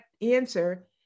answer